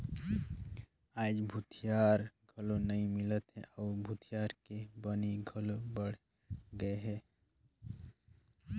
आयज भूथिहार घलो नइ मिलत हे अउ भूथिहार के बनी घलो बड़ गेहे